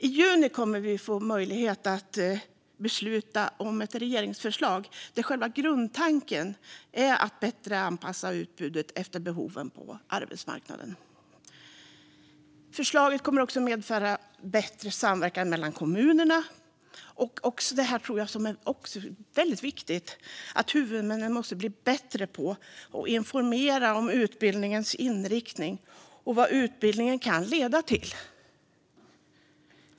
I juni kommer vi att få möjlighet att besluta om ett regeringsförslag där själva grundtanken är att bättre anpassa utbudet efter behoven på arbetsmarknaden. Förslaget kommer också att medföra en bättre samverkan mellan kommunerna. Vidare handlar det om det viktiga med att huvudmännen måste bli bättre på att informera om utbildningens inriktning och vad utbildningen kan leda till.